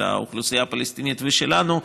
של האוכלוסייה הפלסטינית ושלנו.